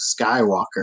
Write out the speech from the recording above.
Skywalker